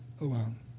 alone